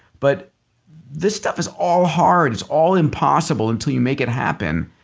but this stuff is all hard. it's all impossible until you make it happen.